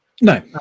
No